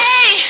Hey